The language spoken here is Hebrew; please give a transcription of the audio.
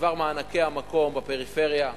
בדבר מענקי המקום בפריפריה,